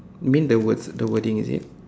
mean the words the wording is it